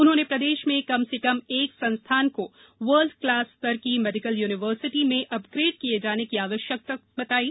उन्होंने प्रदेश में कम से कम एक संस्थान को वर्ल्ड क्लास स्तर की मेडिकल यूनिवर्सिटी में अपग्रेड किये जाने की आवश्यकता बतायी